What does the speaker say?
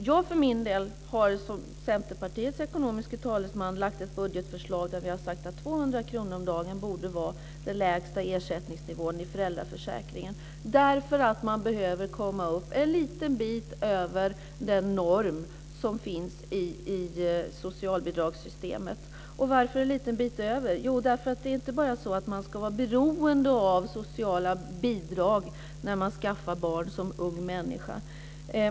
Jag har som Centerpartiets ekonomiska talesman lagt fram ett budgetförslag där vi anser att 200 kr om dagen borde vara den lägsta ersättningsnivån i föräldraförsäkringen. Man behöver komma upp en liten bit över den norm som finns i socialbidragssystemet. Varför en liten bit över? Jo, därför att man ska inte behöva vara beroende av sociala bidrag när man som ung skaffar barn.